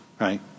right